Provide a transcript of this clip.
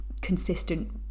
consistent